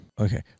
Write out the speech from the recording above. okay